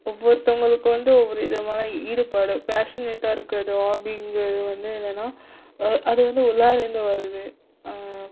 ஒவ்வொருத்தவங்களுக்கு வந்து ஒவ்வொரு விதமான ஈடுபாடு பேஷனேட்டாக இருக்கிறது ஹாபிங்கிறது வந்து என்னென்னா அது வந்து உள்ளாரேந்து வரது